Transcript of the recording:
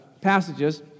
passages